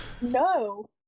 No